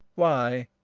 why?